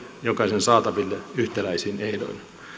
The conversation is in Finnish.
jokaisen saataville yhtäläisin ehdoin